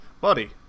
buddy